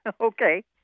Okay